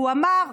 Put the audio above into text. והוא אמר,